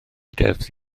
deddf